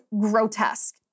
grotesque